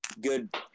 good